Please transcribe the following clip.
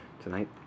tonight